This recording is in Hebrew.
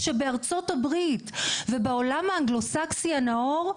כשבארצות הברית ובעולם האנגלו-סקסי הנאור,